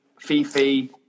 Fifi